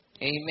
Amen